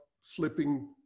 slipping